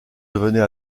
devenait